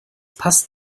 passt